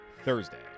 Thursday